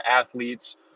athletes